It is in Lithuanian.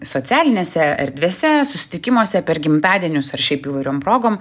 socialinėse erdvėse susitikimuose per gimtadienius ar šiaip įvairiom progom